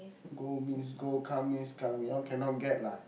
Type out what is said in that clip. go means go come means come we all cannot get lah